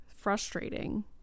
frustrating